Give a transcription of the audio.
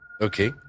Okay